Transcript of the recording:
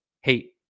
hate